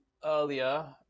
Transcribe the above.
earlier